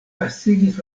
pasigis